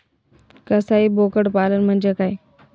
कसाई बोकड पालन म्हणजे काय?